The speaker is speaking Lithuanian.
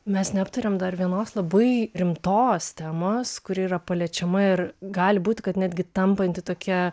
mes neaptarėm dar vienos labai rimtos temos kuri yra paliečiama ir gali būti kad netgi tampanti tokia